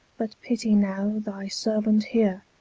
but pitty now thy servant heere,